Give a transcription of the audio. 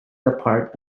apart